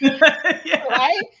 Right